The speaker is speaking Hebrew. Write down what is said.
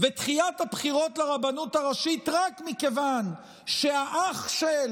ודחיית הבחירות לרבנות הראשית רק מכיוון ש"האח של"